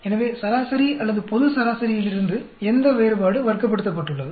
எனவே சராசரி அல்லது பொது சராசரியிலிருந்து எந்த வேறுபாடு வர்க்கப்படுத்தப்பட்டுள்ளது